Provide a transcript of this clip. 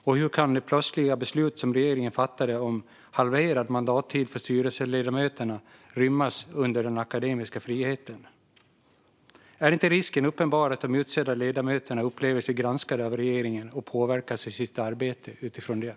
Och hur kan det plötsliga beslut om halverad mandattid för styrelseledamöterna som regeringen fattade rymmas under den akademiska friheten? Är inte risken uppenbar att de utsedda ledamöterna upplever sig granskade av regeringen och påverkas av detta i sitt arbete?